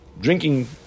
drinking